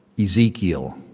Ezekiel